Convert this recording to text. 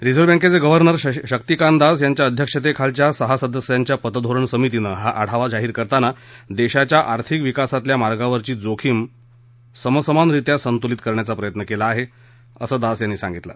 reserve बँकेचे governor Shaktikanta Das यांच्या अध्यक्षतेखालच्या सहा सदस्यीय पतधोरण समितीनं हा आढावा जाहीर करताना देशाच्या आर्थिक विकासातल्या मार्गावरची जोखीम समसमानरीत्या संतुलित करण्याच प्रयत्न केला आहे असं दास यांनी सांगितलं